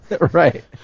Right